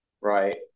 right